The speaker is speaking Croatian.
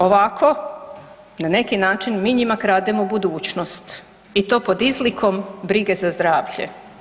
Ovako na neki način mi njima krademo budućnost i to pod izlikom brige za zdravlje.